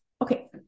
okay